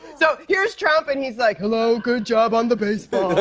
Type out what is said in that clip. so here's trump, and he's like, hello. good job on the baseball.